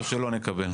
או שלא נקבל.